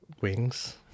wings